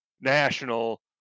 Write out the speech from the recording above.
national